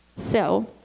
so,